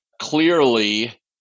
Clearly